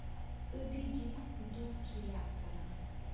ᱟᱹᱰᱤᱜᱮ ᱫᱩᱠ ᱨᱮᱭᱟᱜ ᱠᱟᱱᱟ